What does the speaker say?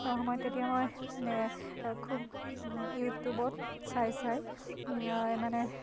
সময়ত তেতিয়া মই খুব ইউটিউবত চাই চাই মানে